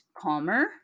calmer